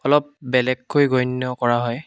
অলপ বেলেগকৈ গণ্য কৰা হয়